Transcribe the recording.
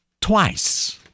twice